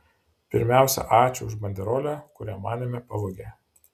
pirmiausia ačiū už banderolę kurią manėme pavogė